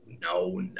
No